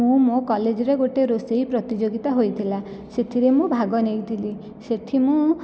ମୁଁ ମୋ' କଲେଜରେ ଗୋଟିଏ ରୋଷେଇ ପ୍ରତିଯୋଗିତା ହୋଇଥିଲା ସେଥିରେ ମୁଁ ଭାଗନେଇଥିଲି ସେଠି ମୁଁ